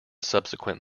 subsequent